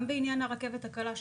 גם בעניין הרכבת הקלה,